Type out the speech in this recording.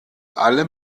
alle